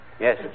Yes